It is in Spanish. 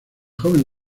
joven